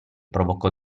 provocò